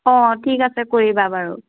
অঁ ঠিক আছে কৰিবা বাৰু